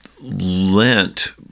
lent